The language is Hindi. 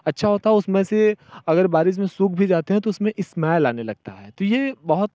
अच्छा होता उसमें से अगर बारिश में सूख भी जाते हैं तो उसमें इस्मैल आने लगता है तो ये बहुत